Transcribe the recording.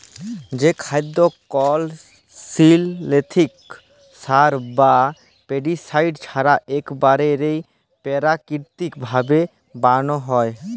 যে খাদ্য কল সিলথেটিক সার বা পেস্টিসাইড ছাড়া ইকবারে পেরাকিতিক ভাবে বানালো হয়